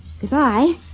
Goodbye